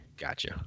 Gotcha